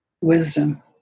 wisdom